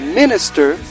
minister